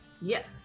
Yes